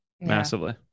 massively